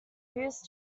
used